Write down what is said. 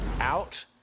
out